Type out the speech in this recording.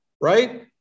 right